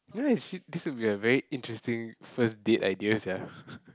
You know I think this will be a very interesting first date idea sia